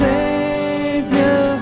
Savior